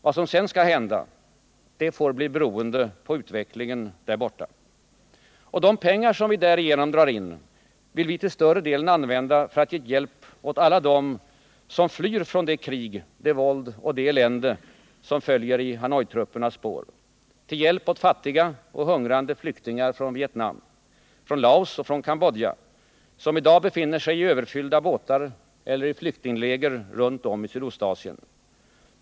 Vad som sedan skall hända får bli beroende på utvecklingen där borta. De pengar som vi därigenom drar in vill vi till större delen använda för att ge hjälp åt alla dem som flyr från det krig, det våld och det elände som följer i Hanoitruppernas spår, till hjälp åt fattiga och hungrande flyktingar från Vietnam, från Laos och från Kambodja, som i dag befinner sig i överfyllda båtar eller i flyktingläger runt om i Sydostasien.